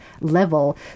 level